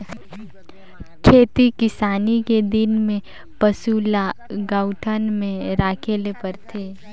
खेती किसानी के दिन में पसू ल गऊठान में राखे ले परथे